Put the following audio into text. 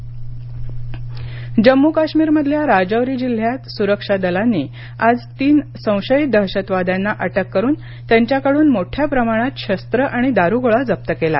जम्म काश्मीर जम्मू काश्मीरमधल्या राजौरी जिल्ह्यात सुरक्षा दलांनी आज तीन संशयित दहशतवाद्यांना अटक करुन त्यांच्याकडून मोठ्या प्रमाणात शस्त्रं आणि दारुगोळा जप्त केला